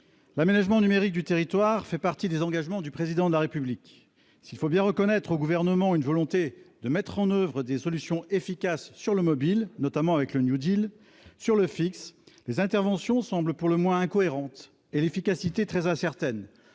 L'aménagement numérique du territoire fait partie des engagements du Président de la République. S'il faut bien reconnaître au Gouvernement une volonté de mettre en oeuvre des solutions efficaces sur le mobile, notamment par le biais du, en revanche, concernant les lignes fixes, les interventions semblent pour le moins incohérentes et leur efficacité très incertaine